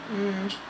mm